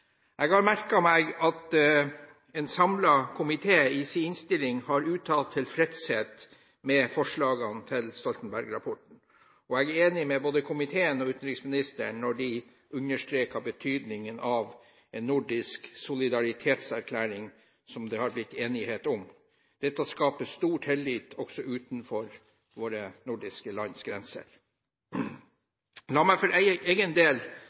Jeg har merket meg at en samlet komité i sin innstilling har uttalt tilfredshet med forslagene til Stoltenberg-rapporten. Jeg er enig med både komiteen og utenriksministeren når de understreker betydningen av en nordisk solidaritetserklæring, som det har blitt enighet om. Dette skaper stor tillit også utenfor våre nordiske lands grenser. La meg for egen